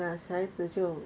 !hanna! 小孩子就